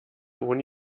ohne